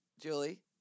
Julie